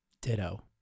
Ditto